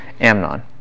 Amnon